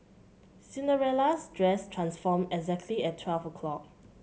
Cinderella's dress transformed exactly at twelve o' clock